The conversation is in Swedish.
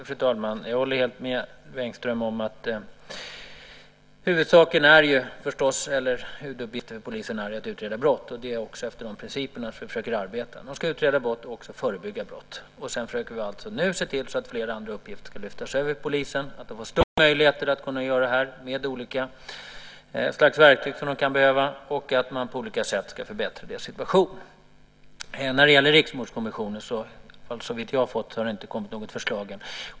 Fru talman! Jag håller helt med Hillevi Engström om att huvuduppgiften för polisen förstås är att utreda brott. Det är också efter de principerna man försöker arbeta. Polisen ska utreda och också förebygga brott. Sedan försöker vi nu se till att flera andra uppgifter ska lyftas över till polisen så att den får större möjligheter att göra det här med de olika slags verktyg som kan behövas. Vi ska på olika sätt försöka förbättra polisens situation. Såvitt jag vet har det ännu inte kommit något förslag när det gäller Riksmordkommissionen.